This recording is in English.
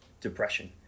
depression